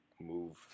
move